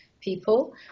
people